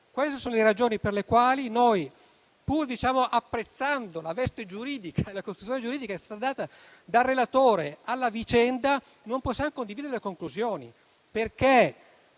Queste sono le ragioni per le quali noi, pur apprezzando la veste giuridica e la costruzione giuridica data dal relatore alla vicenda, non possiamo condividerne le conclusioni.